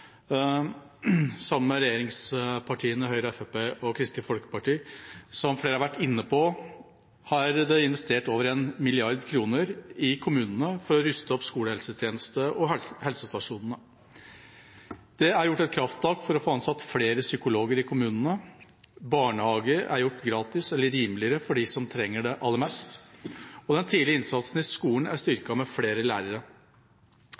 sammen med regjeringspartiene, Høyre og Fremskrittspartiet, og Kristelig Folkeparti. Som flere har vært inne på, har det vært investert over en milliard kroner i kommunene for å ruste opp skolehelsetjeneste og helsestasjonene. Det er gjort et krafttak for å få ansatt flere psykologer i kommunene. Barnehage er gjort gratis eller rimeligere for dem som trenger det aller mest. Og den tidlige innsatsen i skolen er styrket med flere lærere.